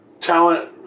talent